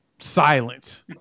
silent